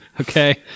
Okay